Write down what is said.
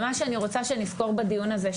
מה שאני רוצה שנזכור בדיון הזה,